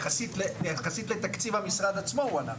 יחסית לתקציב המשרד עצמו הוא ענק.